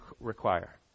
require